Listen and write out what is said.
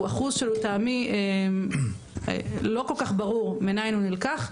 הוא אחוז שלטעמי לא כל כך ברור מניין הוא נלקח,